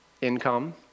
income